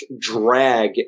drag